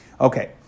Okay